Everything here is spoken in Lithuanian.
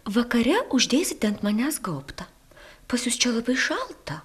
vakare uždėsite ant manęs gaubtą pas jus čia labai šalta